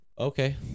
Okay